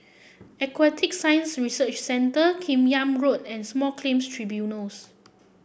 Aquatic Science Research Centre Kim Yam Road and Small Claims Tribunals